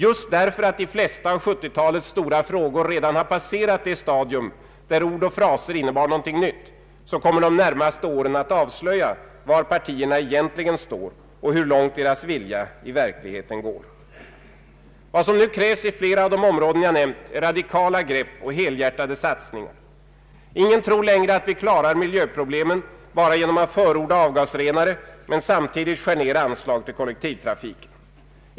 Just därför att de flesta av 1970-talets stora frågor redan passerat det stadium, där ord och fraser ändå innebär något nytt, kommer de närmaste åren att avslöja var partierna egentligen står och hur långt deras vilja i verkligheten går. Vad som nu krävs i flera av de områden jag nämnt är radikala grepp och helhjärtade satsningar. Ingen tror längre att vi klarar miljöproblemen enbart genom att förorda avgasrenare men samtidigt skära ner anslag till kollektivtrafiken.